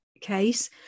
case